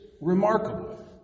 remarkable